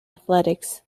athletics